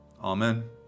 amen